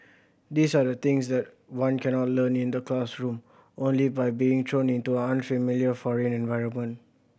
these are the things that one cannot learn in the classroom only by being thrown into an unfamiliar foreign environment